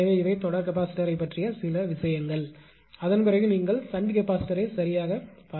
எனவே இவை தொடர் கெபாசிட்டரைப் பற்றிய சில விஷயங்கள் அதன்பிறகு நீங்கள் ஷன்ட் கெபாசிட்டரை சரியாக பார்ப்போம்